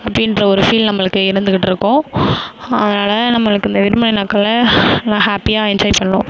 அப்படீன்ற ஒரு ஃபீல் நம்மளுக்கு இருந்துக்கிட்டு இருக்கும் அதனால் நம்மளுக்கு இந்த விடுமுறை நாட்களை நல்லா ஹேப்பியாக என்ஜாய் பண்ணுவோம்